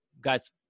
guys